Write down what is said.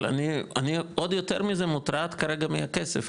אבל אני עוד יותר מזה מוטרד כרגע מהכסף,